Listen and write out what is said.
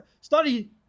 study